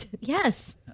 Yes